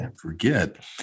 forget